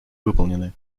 выполнены